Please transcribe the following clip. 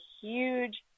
huge